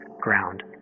ground